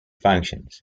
functions